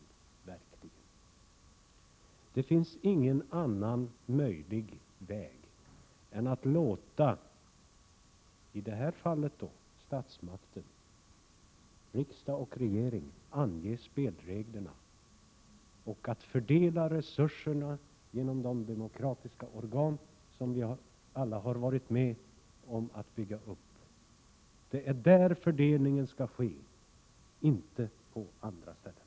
Det finns i det här fallet ingen annan möjlig väg än att låta statsmakten, riksdagen och regeringen, ange spelreglerna och fördela resurserna genom de demokratiska organ som vi alla har varit med om att bygga upp. Det är där fördelningen skall ske, inte på andra ställen.